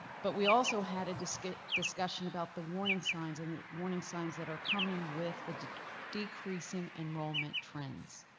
but we also had a discussion discussion about the warning signs in the warning signs that are coming with the decreasing enrollment trends.